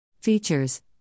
Features